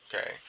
okay